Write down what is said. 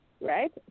right